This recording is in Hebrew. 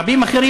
רבים אחרים,